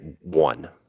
one